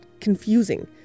confusing